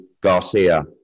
Garcia